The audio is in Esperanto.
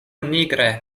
nigra